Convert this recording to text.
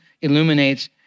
illuminates